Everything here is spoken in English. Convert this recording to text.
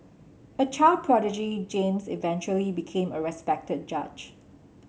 a child prodigy James eventually became a respected judge